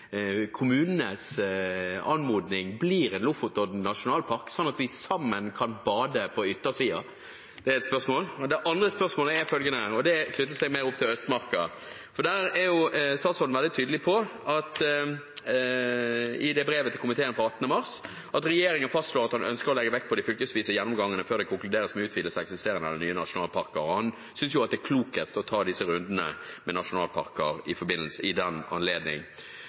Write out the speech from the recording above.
kommunenes anmodning blir en Lofotodden nasjonalpark, sånn at vi sammen kan bade på yttersiden? Det er det ene spørsmålet. Det andre spørsmålet knytter seg mer til Østmarka. Statsråden er i brev til komiteen av 18. mars 2016 veldig tydelig på at regjeringen fastslår at den ønsker å legge vekt på de fylkesvise gjennomgangene før det konkluderes med utvidelse av eksisterende eller nye nasjonalparker. Han synes det er klokest å ta disse rundene med nasjonalparker i den anledning. Han peker i